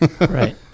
Right